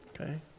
Okay